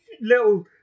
little